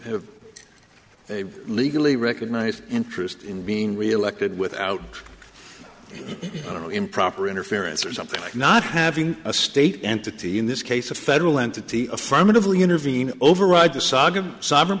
a legally recognized interest in being reelected without improper interference or something like not having a state entity in this case a federal entity affirmatively intervene override the saga sovereign